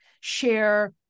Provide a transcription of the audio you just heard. share